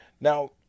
Now